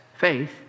faith